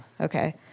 Okay